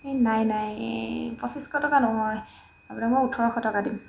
এই নাই নাই পঁচিছশ টকা নহয় আপোনাক মই ওঠৰশ টকা দিম